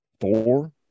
four